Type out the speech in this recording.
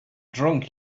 drunk